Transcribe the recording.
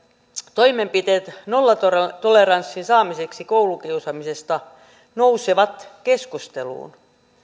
toimenpiteet nollatoleranssin saamiseksi koulukiusaamisessa nousevat keskusteluun